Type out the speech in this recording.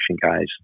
guys